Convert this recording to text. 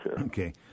Okay